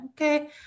Okay